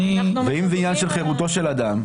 ואם זה עניין של חירותו של אדם.